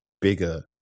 bigger